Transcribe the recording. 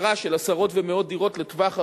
עשרות ומאות דירות לטווח ארוך,